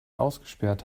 ausgesperrt